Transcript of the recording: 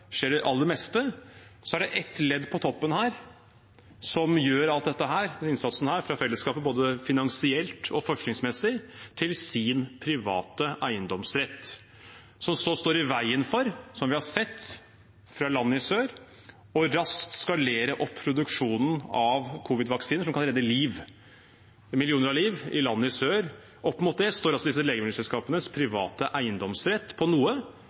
skjer det aller meste. Så er det ett ledd på toppen her som gjør all denne innsatsen fra fellesskapet, både finansielt og forskningsmessig, til sin private eiendomsrett, som så står i veien for – som vi har sett i land i sør – raskt å skalere opp produksjonen av covid-vaksiner, som kan redde millioner av liv i land i sør. Opp mot dette står altså disse legemiddelselskapenes private eiendomsrett over noe